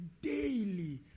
daily